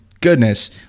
goodness